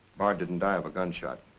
bard didn't die of a gunshot.